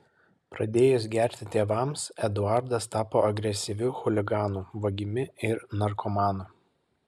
pradėjus gerti tėvams eduardas tapo agresyviu chuliganu vagimi ir narkomanu